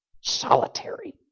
solitary